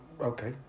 okay